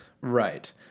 Right